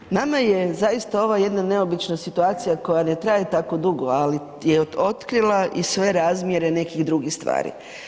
Dakle, nama je zaista ova jedna neobična situacija koja ne traje tako dugo, ali je otkrila i sve razmjere nekih drugih stvari.